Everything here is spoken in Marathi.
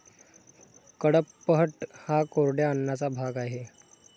कडपह्नट हा कोरड्या अन्नाचा भाग आहे